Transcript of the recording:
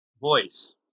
voice